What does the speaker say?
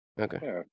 Okay